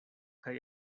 kaj